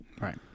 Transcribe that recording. Right